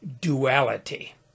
duality